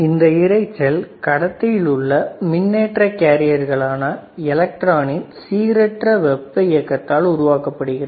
இந்த இரைச்சல் கடத்தியில் உள்ள மின்னேற்ற கேரியர்களான எலெக்ட்ரானின் சீரற்ற வெப்ப இயக்கத்தால் உருவாக்கப்படுகிறது